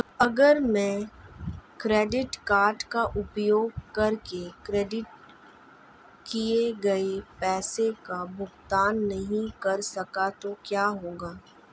अगर मैं credit card का उपयोग करके क्रेडिट किए गए पैसे का भुगतान नहीं कर सकता तो क्या होगा?